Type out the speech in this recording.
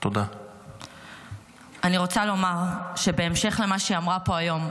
אני רוצה לומר שבהמשך למה שהיא אמרה פה היום,